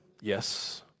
Yes